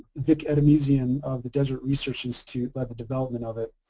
vick etyemezian of the desert research institute lead the development of it.